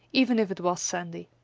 even if it was sandy.